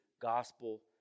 gospel